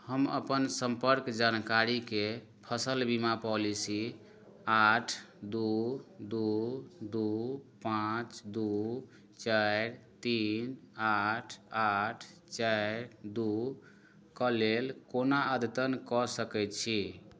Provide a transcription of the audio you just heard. हम अपन सम्पर्क जानकारीकेँ फसल बीमा पॉलिसी आठ दू दू दू पाँच दू चारि तीन आठ आठ चारि दूक लेल कोना अद्यतन कऽ सकैत छी